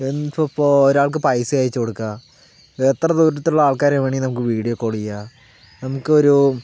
എന്തായിപ്പോൾ ഒരാൾക്ക് പൈസ അയച്ച് കൊടുക്കുക എത്ര ദൂരത്തുള്ള ആൾക്കാരേയും വേണമെങ്കിൽ നമുക്ക് വീഡിയോ കോൾ ചെയ്യാം നമുക്കൊരു